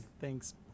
thanks